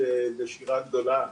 יש נשירה גדולה,